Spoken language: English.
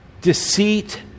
deceit